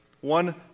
one